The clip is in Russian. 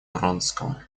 вронского